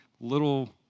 little